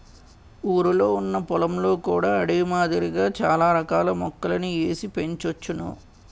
ఊరిలొ ఉన్న పొలంలో కూడా అడవి మాదిరిగా చాల రకాల మొక్కలని ఏసి పెంచోచ్చును